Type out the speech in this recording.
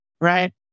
right